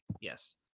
Yes